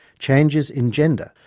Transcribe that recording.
changes in gender,